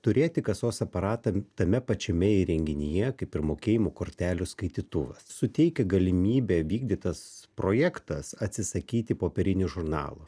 turėti kasos aparatą tame pačiame įrenginyje kaip ir mokėjimo kortelių skaitytuvas suteikia galimybę vykdytas projektas atsisakyti popierinių žurnalų